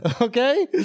Okay